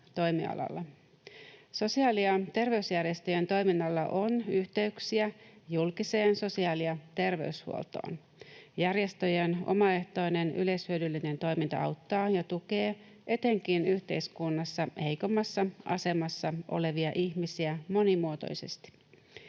Sosiaali- ja terveysjärjestöjen toiminnalla on yhteyksiä julkiseen sosiaali- ja terveyshuoltoon. Järjestöjen omaehtoinen yleishyödyllinen toiminta auttaa ja tukee etenkin yhteiskunnassa heikoimmassa asemassa olevia ihmisiä monimuotoisesti.